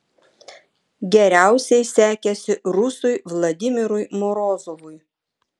geriausiai sekėsi rusui vladimirui morozovui